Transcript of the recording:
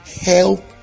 Help